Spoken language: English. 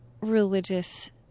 religious